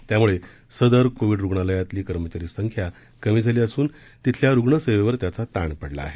त्याम्ळे सदर कोविड रुग्णालयातली कर्मचारी संख्या कमी झाली असून तिथल्या रुग्णसेवेवर त्याचा ताण पडला आहे